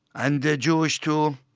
and jewish too.